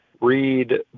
read